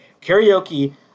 Karaoke